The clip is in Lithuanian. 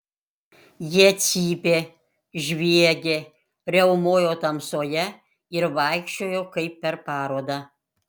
jie cypė žviegė riaumojo tamsoje ir vaikščiojo kaip per parodą